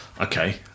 okay